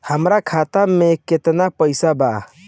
हमार खाता में केतना पैसा बा?